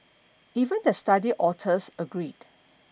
even the study authors agreed